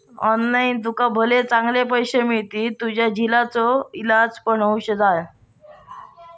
online तुका भले चांगले पैशे मिळतील, तुझ्या झिलाचो इलाज पण होऊन जायत